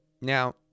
Now